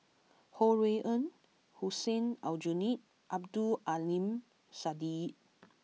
Ho Rui An Hussein Aljunied Abdul Aleem Siddique